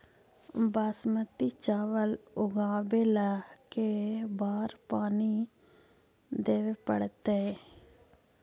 बासमती चावल उगावेला के बार पानी देवे पड़तै?